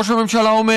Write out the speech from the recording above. ראש הממשלה אומר: